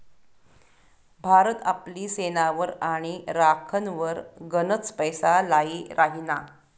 भारत आपली सेनावर आणि राखनवर गनच पैसा लाई राहिना